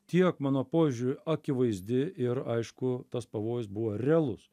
tiek mano požiūriu akivaizdi ir aišku tas pavojus buvo realus